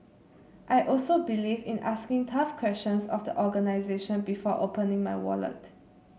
I also believe in asking tough questions of the organisation before opening my wallet